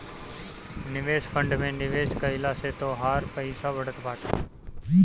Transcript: निवेश फंड में निवेश कइला से तोहार पईसा बढ़त बाटे